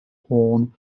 horn